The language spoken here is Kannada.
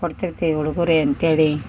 ಕೊಡ್ತಿರ್ತಿವಿ ಉಡುಗೊರೆ ಅಂತೇಳಿ